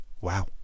Wow